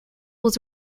was